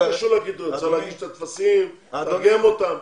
צריך לתרגם את הטפסים ולהגיש אותם.